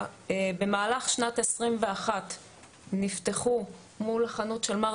במהלך שנת 2021 נפתחו מול החנות של מר